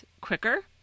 quicker